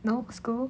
no school